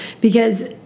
because-